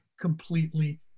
completely